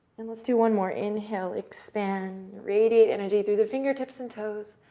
and let's do one more. inhale, expand, radiate energy through the fingertips and toes,